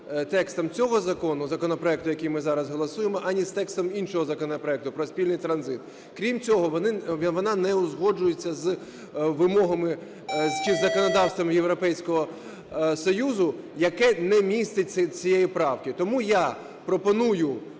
текстом цього закону, законопроекту, який ми зараз голосуємо, ані з текстом іншого законопроекту про спільний транзит. Крім цього, вона не узгоджується з вимогами чи з законодавством Європейського Союзу, яке не містить цієї правки. Тому я пропоную